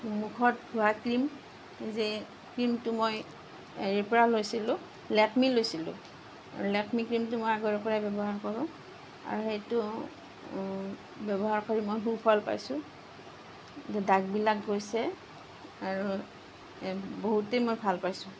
মুখত ঘঁহা ক্ৰীম যে ক্ৰীমটো মই হেৰিৰ পৰা লৈছিলোঁ লেকমি লৈছিলোঁ আৰু লেকমি ক্ৰীমটো মই আগৰে পৰা ব্য়ৱহাৰ কৰোঁ আৰু সেইটো ব্যৱহাৰ কৰি মই সুফল পাইছোঁ দাগবিলাক গৈছে আৰু বহুতেই মই ভাল পাইছোঁ